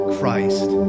Christ